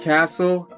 Castle